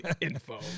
info